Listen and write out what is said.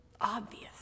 obvious